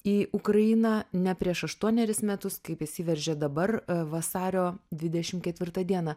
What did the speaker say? į ukrainą ne prieš aštuoneris metus kaip įsiveržia dabar vasario dvidešim ketvirtą dieną